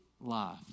life